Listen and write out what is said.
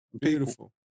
Beautiful